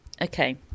Okay